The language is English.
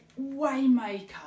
Waymaker